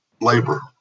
labor